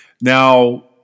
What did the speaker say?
Now